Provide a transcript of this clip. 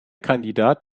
kandidat